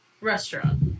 restaurant